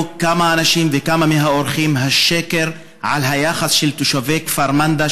כמה אנשים וכמה מהאורחים את השקר על היחס של תושבי כפר מנדא,